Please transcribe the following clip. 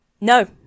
No